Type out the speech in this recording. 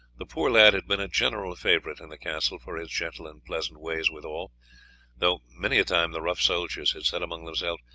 the poor lad had been a general favourite in the castle for his gentle and pleasant ways with all though many a time the rough soldiers had said among themselves,